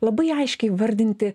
labai aiškiai įvardinti